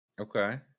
Okay